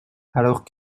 alors